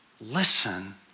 listen